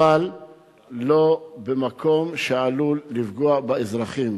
אבל לא במקום שעלול לפגוע באזרחים.